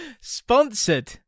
sponsored